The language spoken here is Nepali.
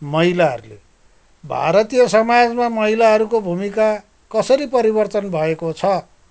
महिलाहरूले भारतीय समाजमा महिलाहरूको भूमिका कसरी परिवर्तन भएको छ